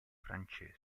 francese